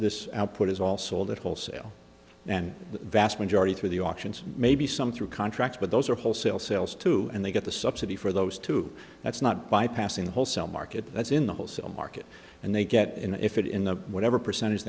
this output is all sold at wholesale and the vast majority through the auctions maybe some through contracts but those are wholesale sales too and they get the subsidy for those two that's not bypassing the wholesale market that's in the wholesale market and they get in if it in the whatever percentage